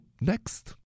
next